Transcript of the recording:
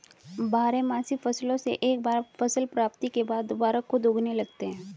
बारहमासी फसलों से एक बार फसल प्राप्ति के बाद दुबारा खुद उगने लगते हैं